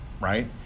right